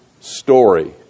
story